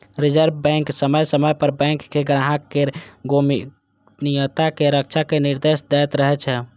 reserve bank समय समय पर बैंक कें ग्राहक केर गोपनीयताक रक्षा के निर्देश दैत रहै छै